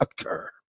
occur